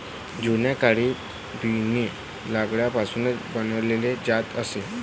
जुन्या काळी बियाणे लाकडापासून बनवले जात असे